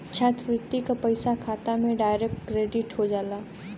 छात्रवृत्ति क पइसा खाता में डायरेक्ट क्रेडिट हो जाला